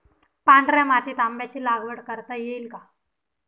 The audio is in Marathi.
पांढऱ्या मातीत आंब्याची लागवड करता येईल का?